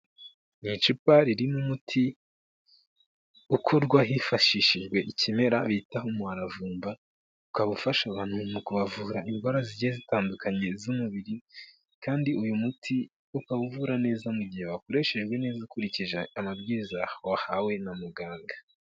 Mu icupa ririmo umuti ukorwa hifashishijwe ikimera bita umuravumba, ukaba ufasha abantu mu kubavura indwara zitandukanye z'umubiri, kandi uyu muti ukabuvura neza mu gihe wakoreshejwe neza ukurikije amabwiriza wahawe na muganga.